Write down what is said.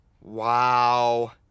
Wow